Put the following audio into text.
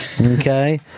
Okay